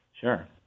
Sure